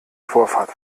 vorfahrt